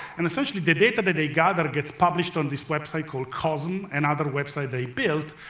and essentially the data that they gathered gets published on this website called cosm, another website they built,